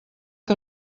que